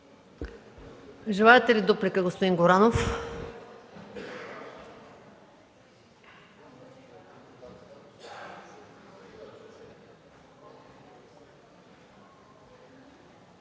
Желаете ли дуплика, господин Горанов?